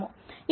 ఇప్పుడు ఇది 0